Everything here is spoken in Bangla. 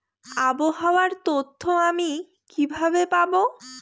আবহাওয়ার তথ্য আমি কিভাবে পাবো?